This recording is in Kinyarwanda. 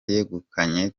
yegukanye